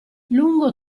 lungo